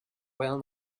well